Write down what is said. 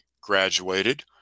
graduated